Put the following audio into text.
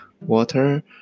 water